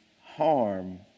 harm